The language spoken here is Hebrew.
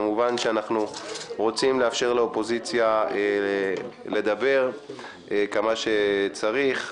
כמובן שאנחנו רוצים לאפשר לאופוזיציה לדבר כמה שצריך,